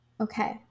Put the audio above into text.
Okay